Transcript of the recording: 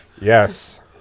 Yes